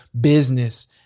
business